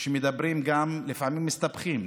כשמדברים גם לפעמים מסתבכים,